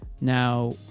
now